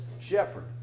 shepherd